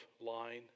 line